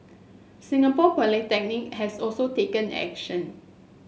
Singapore Polytechnic has also taken action